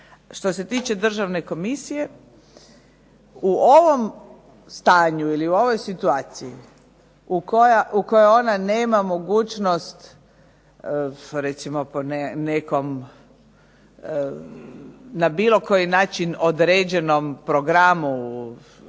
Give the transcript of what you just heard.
Što se tiče državne komisije, u ovom stanju ili u ovoj situaciji u kojoj ona nema mogućnost recimo po nekom, na bilo kojem načinu određenom programu